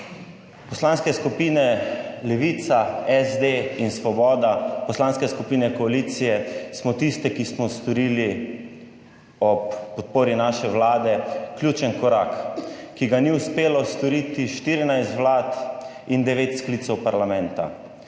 Poslanske skupine Levica, SD in Svoboda, poslanske skupine koalicije smo tiste, ki smo storili ob podpori naše Vlade ključen korak, ki ga ni uspelo storiti 14 vlad in devet sklicev parlamenta,